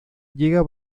llega